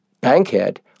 Bankhead